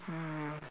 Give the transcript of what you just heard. mm